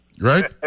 Right